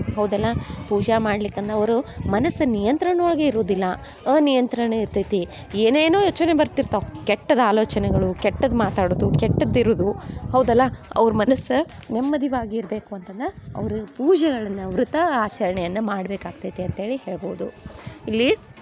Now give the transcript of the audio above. ಹೌದಲ್ಲ ಪೂಜೆ ಮಾಡ್ಲಿಕಂದು ಅವ್ರ ಮನಸ್ಸು ನಿಯಂತ್ರಣ ಒಳಗೆ ಇರುವುದಿಲ್ಲ ಅನಿಯಂತ್ರಣ ಇರ್ತೈತಿ ಏನೇನೋ ಯೋಚನೆ ಬರ್ತಿರ್ತವೆ ಕೆಟ್ಟದು ಆಲೋಚನೆಗಳು ಕೆಟ್ಟದು ಮಾತಾಡುವುದು ಕೆಟ್ಟದು ಇರುವುದು ಹೌದಲ್ಲ ಅವ್ರ ಮನಸ್ಸು ನೆಮ್ಮದಿಯಾಗಿರ್ಬೇಕು ಅಂತಂದು ಅವರು ಪೂಜೆಗಳನ್ನು ವ್ರತ ಆಚರಣೆಯನ್ನು ಮಾಡಬೇಕಾಗ್ತೈತಿ ಅಂತ್ಹೇಳಿ ಹೇಳ್ಬೋದು ಇಲ್ಲಿ